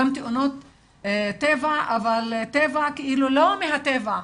גם תאונות טבע אבל טבע לא מהטבע,